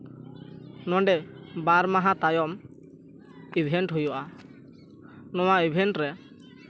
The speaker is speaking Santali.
ᱱᱚᱰᱮ ᱵᱟᱨ ᱢᱟᱦᱟ ᱛᱟᱭᱚᱢ ᱤᱵᱷᱮᱱᱴ ᱦᱩᱭᱩᱜᱼᱟ ᱱᱚᱣᱟ ᱤᱵᱷᱮᱱᱴ ᱨᱮ